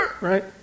right